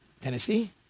Tennessee